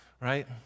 right